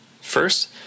First